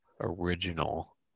Original